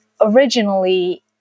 originally